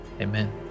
Amen